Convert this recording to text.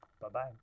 Bye-bye